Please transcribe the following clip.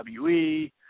WWE